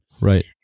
Right